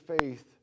faith